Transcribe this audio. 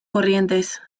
corrientes